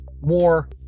more